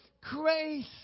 grace